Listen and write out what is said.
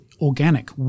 organic